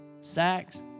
sacks